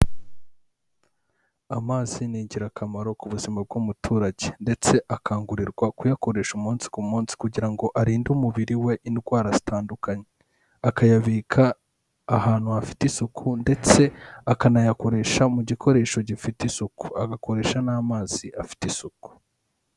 Amazi ni ingirakamaro ku buzima bw'umuturage ndetse akangurirwa kuyakoresha umunsi ku munsi kugira ngo arinde umubiri we indwara zitandukanye, akayabika ahantu hafite isuku ndetse akanayakoresha mu gikoresho gifite isuku, agakoresha n'amazi afite isuku.